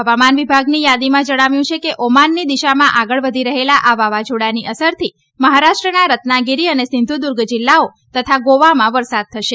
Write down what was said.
હવામાન વિભાગની યાદીમાં જણાવ્યું છે કે ઓમાનની દિશામાં આગળ વધી રહેલા આ વાવાઝોડાની અસરથી મહારાષ્ટ્રના રત્નાગીરી અને સિંધુદર્ગ જીલ્લાઓ તથા ગોવામાં વરસાદ થશે